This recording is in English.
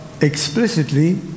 explicitly